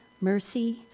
mercy